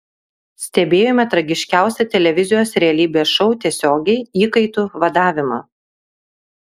stebėjome tragiškiausią televizijos realybės šou tiesiogiai įkaitų vadavimą